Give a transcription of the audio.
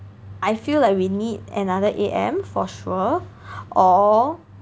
I I feel like we need another A_M for sure or